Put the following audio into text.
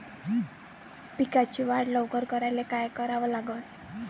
पिकाची वाढ लवकर करायले काय करा लागन?